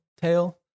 tail